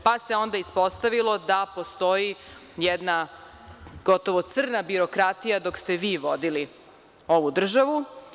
Onda se ispostavilo da postoji jedna gotovo crna birokratija dok ste vi vodili ovu državu.